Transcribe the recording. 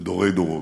לדורי דורות.